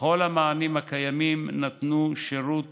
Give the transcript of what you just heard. וכל המענים הקיימים נתנו שירות